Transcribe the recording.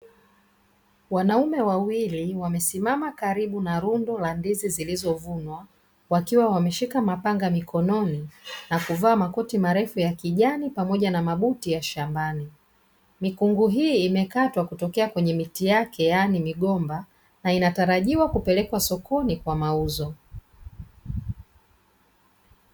Wanaume wawili wamesimama karibu na rundo la ndizi zilizovunwa, wakiwa wameshika mapanga mikononi na kuvaa makoti marefu ya kijani pamoja na mabuti ya shambani. Mikungu hii imekatwa kutokea kwenye miti yake yaani migomba na inatarajiwa kupelekwa sokoni kwa mauzo.